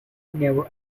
never